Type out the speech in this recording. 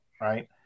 right